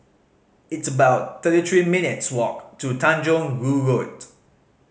it's about thirty three minutes' walk to Tanjong Rhu Road